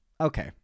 Okay